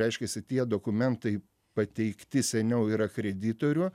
reiškiasi tie dokumentai pateikti seniau yra kreditorių